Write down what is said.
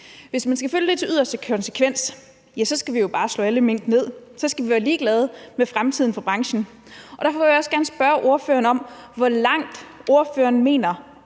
Hvis man skal følge det til yderste konsekvens, skal vi jo bare slå alle mink ned; så skal vi være ligeglade med fremtiden for branchen. Så derfor vil jeg også gerne spørge ordføreren om, hvor langt ordføreren mener